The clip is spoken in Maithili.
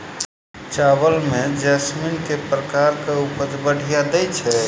चावल म जैसमिन केँ प्रकार कऽ उपज बढ़िया दैय छै?